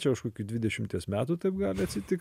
čia už kokių dvidešimties metų taip gali atsitikt